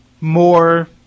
more